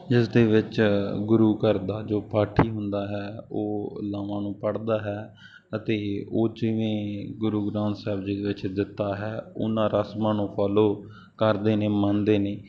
ਜਿਸ ਦੇ ਵਿੱਚ ਗੁਰੂ ਘਰ ਦਾ ਜੋ ਪਾਠੀ ਹੁੰਦਾ ਹੈ ਉਹ ਲਾਵਾਂ ਨੂੰ ਪੜ੍ਹਦਾ ਹੈ ਅਤੇ ਉਹ ਜਿਵੇਂ ਗੁਰੂ ਗ੍ਰੰਥ ਸਾਹਿਬ ਜੀ ਦੇ ਵਿੱਚ ਦਿੱਤਾ ਹੈ ਉਹਨਾਂ ਰਸਮਾਂ ਨੂੰ ਫੋਲੋ ਕਰਦੇ ਨੇ ਮੰਨਦੇ ਨੇ